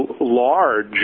large